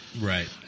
Right